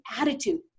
attitude